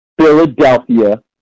Philadelphia